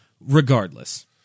Regardless